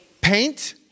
Paint